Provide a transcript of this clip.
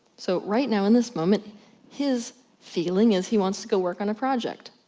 so right now in this moment his feeling is he wants to go work on a project.